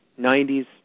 90s